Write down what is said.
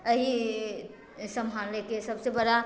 अही सम्हालेके सबसँ बड़ा